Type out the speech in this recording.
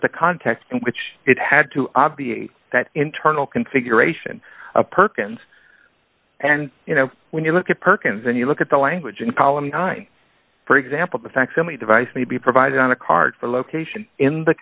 at the context in which it had to obviate that internal configuration of perkins and you know when you look at perkins and you look at the language in columbine for example the facsimile device may be provided on a card for location in the